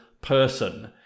person